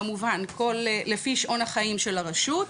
כמובן לפי שעון החיים של הרשות,